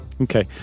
Okay